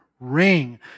ring